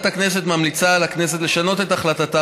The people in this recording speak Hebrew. ועדת הכנסת ממליצה לכנסת לשנות את החלטתה